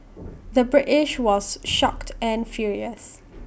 the British was shocked and furious